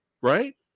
right